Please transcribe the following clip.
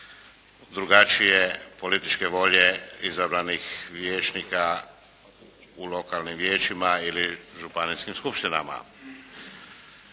drugačije političke volje izabranih vijećnika u lokalnim vijećima ili županijskim skupštinama.